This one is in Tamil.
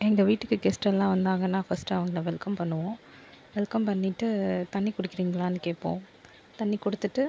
எங்கள் வீட்டுக்கு கெஸ்ட்டுலாம் வந்தாங்கன்னா ஃபர்ஸ்டு அவங்கள வெல்கம் பண்ணுவோம் வெல்கம் பண்ணிவிட்டு தண்ணி குடிக்கிறிங்களானு கேட்போம் தண்ணி கொடுத்துட்டு